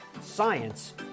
science